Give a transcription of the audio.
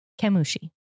Kemushi